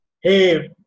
Hey